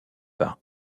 par